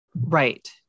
right